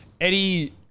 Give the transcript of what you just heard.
Eddie